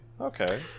Okay